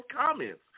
comments